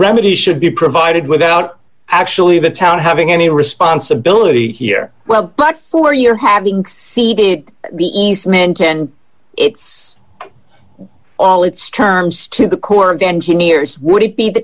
remedy should be provided without actually the town having any responsibility here well but for your having ceded the easement ten it's all its terms to the corps of engineers would it be the